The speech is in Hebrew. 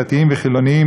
דתיים וחילונים,